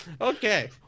Okay